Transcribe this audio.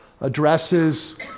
addresses